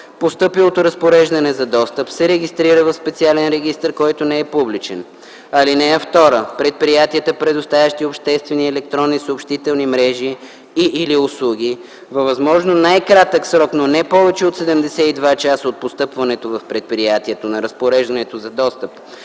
Постъпилото разпореждане за достъп се регистрира в специален регистър, който не е публичен. (2) Предприятията, предоставящи обществени електронни съобщителни мрежи и/или услуги, във възможно най-кратък срок, но не повече от 72 часа от постъпването в предприятието на разпореждането за достъп